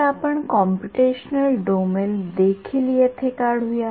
तर आपण computational domain देखील येथे काढू या